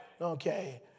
okay